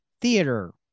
theater